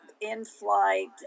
in-flight